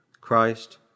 Christ